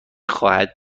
خواهد